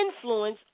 influence